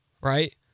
right